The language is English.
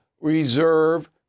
reserve